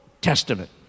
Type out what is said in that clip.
Testament